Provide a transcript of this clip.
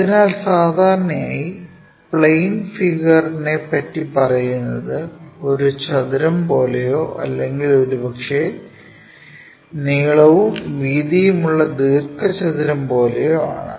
അതിനാൽ സാധാരണയായി പ്ലെയിൻ ഫിഗറിനെ പറ്റി പറയുന്നത് ഒരു ചതുരം പോലെയോ അല്ലെങ്കിൽ ഒരുപക്ഷേ നീളവും വീതിയും ഉള്ള ദീർഘചതുരം പോലെയോ ആണ്